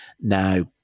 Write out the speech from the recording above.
Now